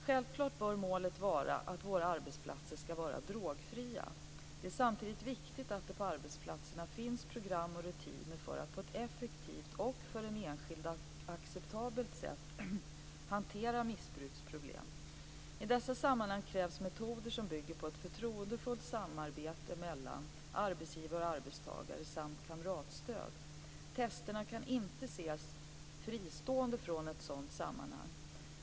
Självklart bör målet vara att våra arbetsplatser skall vara drogfria. Det är samtidigt viktigt att det på arbetsplatserna finns program och rutiner för att på ett effektivt och för den enskilde acceptabelt sätt hantera missbruksproblem. I dessa sammanhang krävs metoder som bygger på ett förtroendefullt samarbete mellan arbetsgivare och arbetstagare samt kamratstöd. Testen kan inte ses fristående från ett sådant sammanhang.